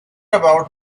about